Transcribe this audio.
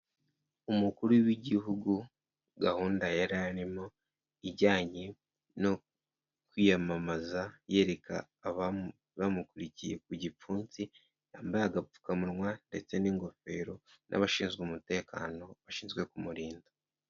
Umukuru w'igihugu, gahunda yamo ijyanye no kwiyamamaza yereka aba bamukurikiye ku gipfunsi, yambaye agapfukamunwa ndetse n'ingofero n'abashinzwe umutekano bashinzwe ku murinda.